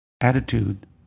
attitude